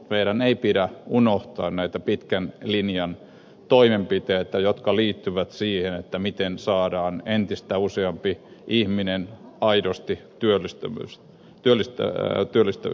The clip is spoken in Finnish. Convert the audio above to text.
meidän ei pidä unohtaa näitä pitkän linjan toimenpiteitä jotka liittyvät siihen miten saadaan entistä useampi ihminen aidosti työlliseksi